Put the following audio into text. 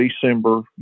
December